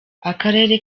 akarere